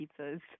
pizzas